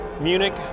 Munich